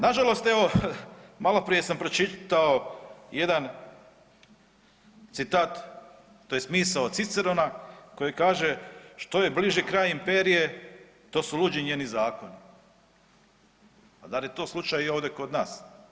Nažalost evo maloprije sam pročitao jedan citat tj. misao Cicerona koji kaže „što je bliži kraj imperije to su luđi njeni zakoni“, pa zar je to slučaj i ovdje kod nas?